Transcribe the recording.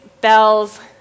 bells